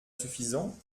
suffisant